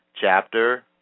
chapter